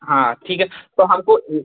हाँ ठीक है तो हमको ए